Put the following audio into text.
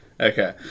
Okay